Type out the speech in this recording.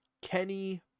Kenny